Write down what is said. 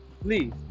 please